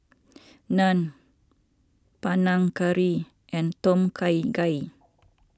Naan Panang Curry and Tom Kha Gai